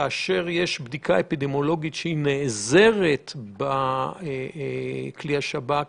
אז כאשר יש בדיקה אפידמיולוגית שנעזרת בכלי שב"כ